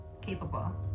capable